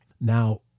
Now